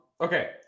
Okay